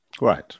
Right